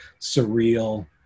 surreal